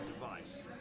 device